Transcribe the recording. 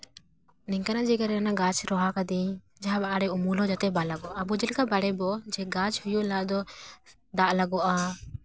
ᱱᱤᱝᱠᱟᱱᱟᱜ ᱡᱟᱭᱜᱟ ᱨᱮ ᱚᱱᱟ ᱜᱟᱪᱷ ᱨᱚᱦᱚᱭ ᱠᱟᱹᱫᱟᱹᱧ ᱡᱟᱦᱟᱸ ᱟᱲᱮ ᱩᱢᱩᱞ ᱦᱚᱸ ᱡᱟᱛᱮ ᱵᱟᱝ ᱞᱟᱜᱟᱜᱼᱟ ᱟᱵᱚ ᱪᱮᱫ ᱞᱮᱠᱟ ᱵᱟᱲᱮ ᱵᱚ ᱜᱟᱪᱷ ᱦᱩᱭᱩᱜ ᱞᱟᱦᱟ ᱫᱚ ᱫᱟᱜ ᱞᱟᱜᱟᱜᱼᱟ